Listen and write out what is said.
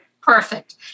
Perfect